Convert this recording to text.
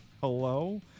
hello